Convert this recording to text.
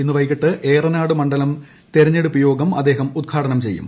ഇന്ന് വൈകിട്ട് ഏറനാട് മണ്ഡലം തെരഞ്ഞെടുപ്പ് യോഗം അദ്ദേഹം ഉദ്ഘാടനം ചെയ്യും